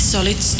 Solid